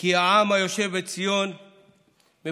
כי העם היושב בציון מפולג,